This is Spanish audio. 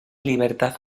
libertad